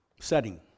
setting